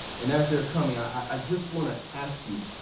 and as they're coming, i i just wanna ask you,